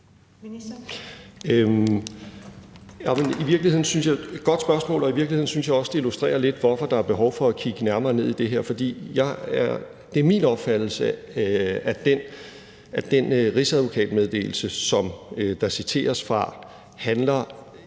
jeg også, at det illustrerer lidt, hvorfor der er behov for at kigge nærmere ned i det her. Det er min opfattelse, at den rigsadvokatmeddelelse, som der citeres fra, ikke handler